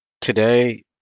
Today